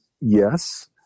yes